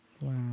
Wow